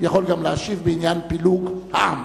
יכול גם להשיב בעניין פילוג העם.